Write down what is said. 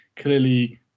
Clearly